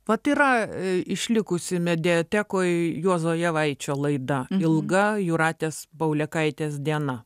vat yra išlikusi mediatekoj juozo javaičio laida ilga jūratės paulėkaitės diena